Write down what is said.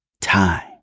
time